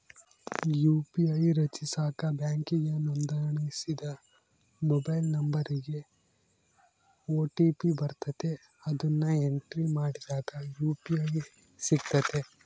UPI ರಚಿಸಾಕ ಬ್ಯಾಂಕಿಗೆ ನೋಂದಣಿಸಿದ ಮೊಬೈಲ್ ನಂಬರಿಗೆ ಓ.ಟಿ.ಪಿ ಬರ್ತತೆ, ಅದುನ್ನ ಎಂಟ್ರಿ ಮಾಡಿದಾಗ ಯು.ಪಿ.ಐ ಸಿಗ್ತತೆ